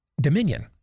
Dominion